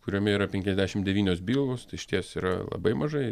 kuriame yra penkiasdešim devynios bylos tai išties yra labai mažai